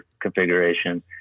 configuration